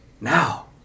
Now